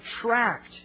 subtract